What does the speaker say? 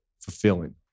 fulfilling